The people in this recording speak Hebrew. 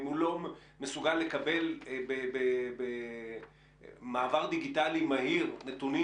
אם הוא לא מסוגל לקבל במעבר דיגיטלי מהיר נתונים,